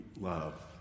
love